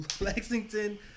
Lexington